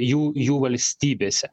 jų jų valstybėse